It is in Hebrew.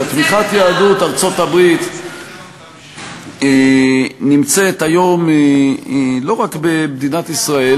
תמיכת יהדות ארצות-הברית היא היום לא רק במדינת ישראל,